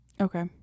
Okay